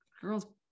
girl's